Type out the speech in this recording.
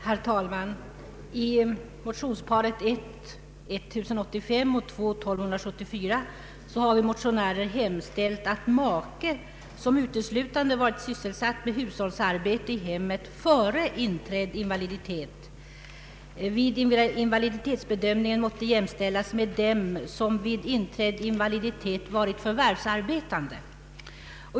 Herr talman! I motionsparet I: 1085 och II:1274 har vi motionärer hemställt att make, som uteslutande varit sysselsatt med hushållsarbete i hemmet före inträdd invaliditet, vid invaliditetsbedömningen måtte jämställas med dem som vid inträdd invaliditet varit förvärvsarbetande.